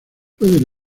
pueden